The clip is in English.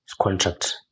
contract